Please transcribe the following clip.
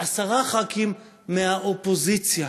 ועשרה חברי כנסת מהאופוזיציה.